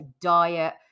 diet